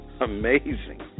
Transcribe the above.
amazing